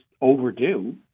overdue